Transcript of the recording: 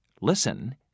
Listen